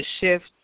shift